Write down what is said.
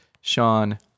Sean